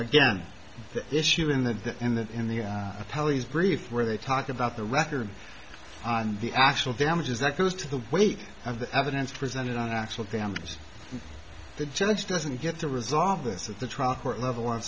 again the issue in the in the in the teles brief where they talk about the record the actual damages that goes to the weight of the evidence presented on actual damages the judge doesn't get to resolve this at the trial court level o